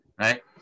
right